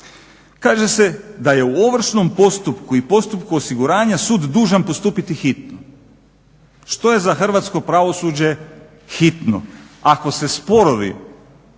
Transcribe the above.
kaže se da je u ovršnom postupku i postupku osiguranja sud dužan postupiti hitno. Što je za hrvatsko pravosuđe hitno? Ako se sporovi,